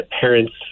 parents